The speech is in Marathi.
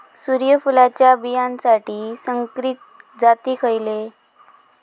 सूर्यफुलाच्या बियानासाठी संकरित जाती खयले?